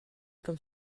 comme